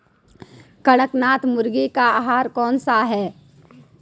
कड़कनाथ मुर्गे का आहार कौन सा है?